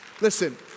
Listen